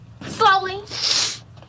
Slowly